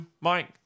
Mike